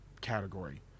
category